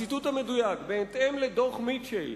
הציטוט המדויק: "בהתאם לדוח מיטשל,